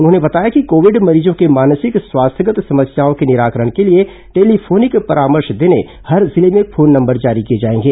उन्होंने बताया कि कोविड मरीजों के मानसिक स्वास्थ्यगत समस्याओं के निराकरण के लिए टेलीफोनिक परामर्श देने हर जिले में फोन नंबर जारी किए जाएंगे